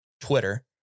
Twitter